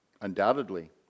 Undoubtedly